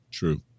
True